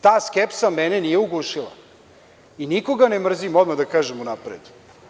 Ta skepsa kod mene nije ugušila i nikoga ne mrzim, odmah da kažem unapred.